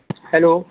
hello